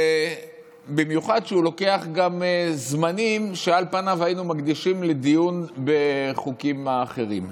במיוחד שהוא לוקח גם זמנים שעל פניו היינו מקדישים לדיון בחוקים אחרים.